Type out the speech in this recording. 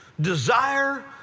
desire